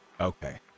Okay